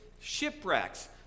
shipwrecks